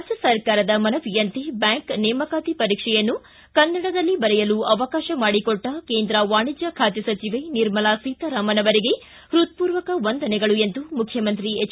ರಾಜ್ಯ ಸರ್ಕಾರದ ಮನವಿಯಂತೆ ಬ್ಯಾಂಕ್ ನೇಮಕಾತಿ ಪರೀಕ್ಷೆಯನ್ನು ಕನ್ನಡದಲ್ಲಿ ಬರೆಯಲು ಅವಕಾಶ ಮಾಡಿಕೊಟ್ಟ ಕೇಂದ್ರ ವಾಣಿಜ್ಯ ಖಾತೆ ಸಚಿವೆ ನಿರ್ಮಲಾ ಸೀತಾರಾಮನ್ ಅವರಿಗೆ ಪೃತ್ಪೂರ್ವಕ ವಂದನೆಗಳು ಎಂದು ಮುಖ್ಯಮಂತ್ರಿ ಎಚ್